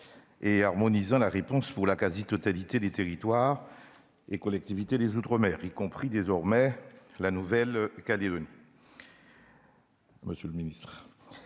à harmoniser la réponse apportée à la quasi-totalité des territoires et collectivités des outre-mer, y compris désormais la Nouvelle-Calédonie.